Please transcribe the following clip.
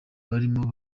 barimo